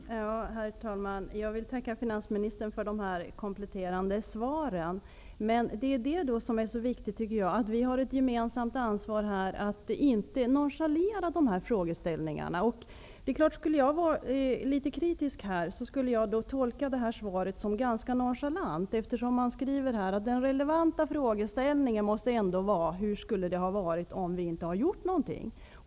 Herr talman! Jag vill tacka finansministern för de kompletterande svaren. Det är viktigt att säga att vi har ett gemensamt ansvar för att inte nonchalera de här frågorna. Skulle jag vara litet kritisk, skulle jag tolka finansministerns svar som ganska nonchalant, eftersom hon i svaret skriver att den relevanta frågeställningen ändå måste vara: Hur skulle det ha varit om vi inte hade gjort någonting?